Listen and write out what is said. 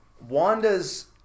Wanda's